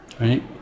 right